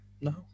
no